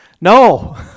No